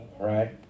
right